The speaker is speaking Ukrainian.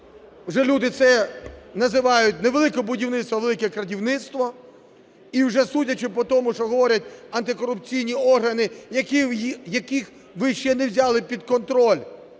вже люди це називають не "Велике будівництво", а "велике крадівництво". І вже судячи по тому, що говорять антикорупційні органи, яких ви ще не взяли під контроль,